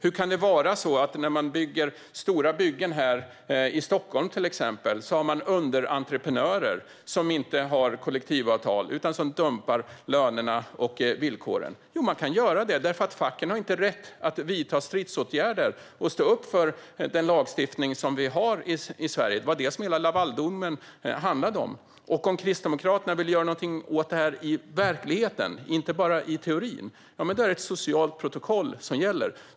Hur kan man ha underentreprenörer som saknar kollektivavtal och som dumpar lönerna och villkoren på stora byggen till exempel här i Stockholm? Jo, det kan man ha eftersom facken inte har rätt att vidta stridsåtgärder och stå upp för den lagstiftning som vi har i Sverige. Det var ju det som hela Lavaldomen handlade om. Om Kristdemokraterna vill göra någonting åt detta i verkligheten och inte bara i teorin är det ett socialt protokoll som gäller.